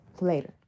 later